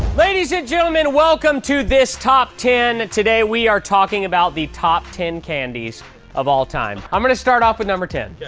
ladies and gentlemen, welcome to this top ten. today we are talking about the top ten candies of all time. i'm going to start off with number ten.